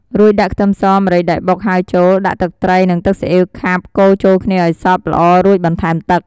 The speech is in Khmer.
រួចដាក់ខ្ទឹមស ម្រេចដែលបុកហើយចូល ដាក់ទឹកត្រី និងទឹកស៊ីអ៉ីវខាប់កូរចូលគ្នាឱ្យសព្វល្អរួចបន្ថែមទឹក។